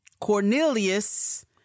Cornelius